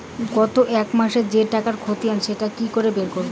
গত এক মাসের যে টাকার খতিয়ান সেটা কি করে বের করব?